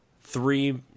three